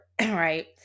right